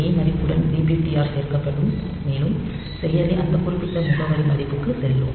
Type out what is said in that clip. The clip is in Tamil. ஏ மதிப்புடன் டிபிடிஆர் சேர்க்கப்படும் மேலும் செயலி அந்த குறிப்பிட்ட முகவரி மதிப்புக்கு செல்லும்